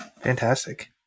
fantastic